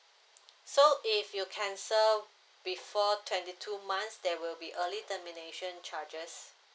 so if you cancel before twenty two months there will be early termination charges